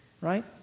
right